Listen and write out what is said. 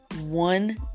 one